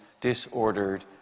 disordered